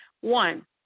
one